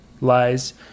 lies